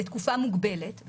לתקופה מוגבלת,